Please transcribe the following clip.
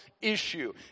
issue